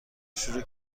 شروع